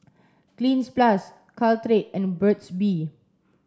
Cleanz plus Caltrate and Burt's bee